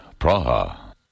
Praha